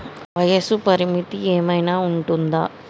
వయస్సు పరిమితి ఏమైనా ఉంటుందా?